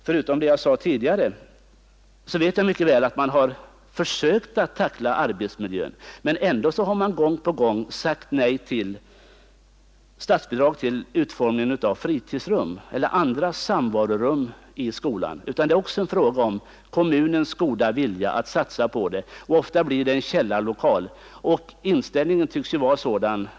Förutom det jag sade tidigare så vet jag mycket väl att man har försökt att angripa arbetsmiljön, men ändå har man gång på gång sagt nej till statsbidrag till utformningen av fritidsrum eller andra samvarorum i skolan, utan det får också bli beroende av kommunens goda vilja att satsa på det. Ofta blir det en källarvåning. Inställningen tycks vara sådan.